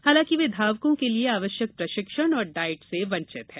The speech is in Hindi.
हालांकि वे धावकों के लिये आवश्यक प्रशिक्षण और डाइट से वंचित हैं